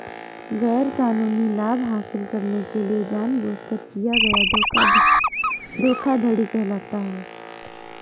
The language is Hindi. गैरकानूनी लाभ हासिल करने के लिए जानबूझकर किया गया धोखा धोखाधड़ी कहलाता है